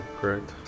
correct